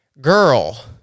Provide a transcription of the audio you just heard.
girl